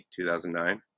2009